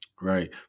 right